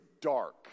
dark